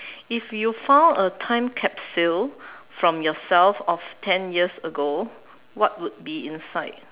if you found a time capsule from yourself of ten years ago what would be inside